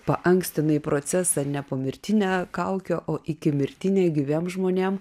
paankstinai procesą ne pomirtinę kaukę o iki mirtinė gyviem žmonėm